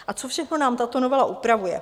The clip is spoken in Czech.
A co všechno nám tato novela upravuje?